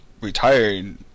retired